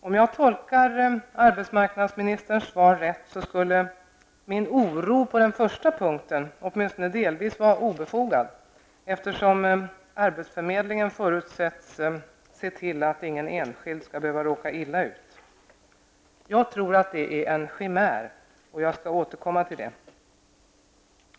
Om jag tolkar arbetsmarknadsministerns svar rätt skulle min oro på den första punkten åtminstone delvis vara obefogad, eftersom arbetsförmedlingen förutsätts se till att ingen enskild skall behöva råka illa ut. Jag tror att det är en chimär. Jag skall återkomma till det.